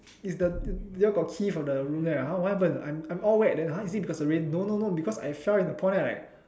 is the you all got key for the room there not !huh! what happen I'm I'm all wet then !huh! is it because of the rain no no no because I fell in the pond then I like